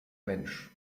mensch